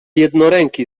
jednoręki